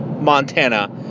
Montana